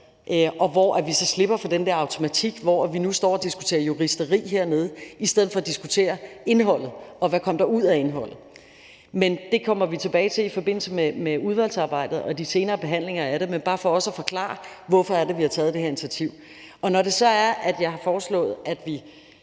og hvor vi så slipper for den der automatik, hvor vi nu står og diskuterer juristeri hernede i stedet for at diskutere indholdet, og hvad der kom ud af indholdet. Men det kommer vi tilbage til i forbindelse med udvalgsarbejdet og de senere behandlinger af det. Men det er bare for også at forklare, hvorfor vi har taget det her initiativ. Og når det så er, at jeg har foreslået, at vi,